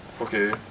Okay